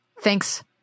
thanks